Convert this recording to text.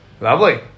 Lovely